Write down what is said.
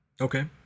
Okay